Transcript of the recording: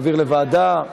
להעביר לוועדה?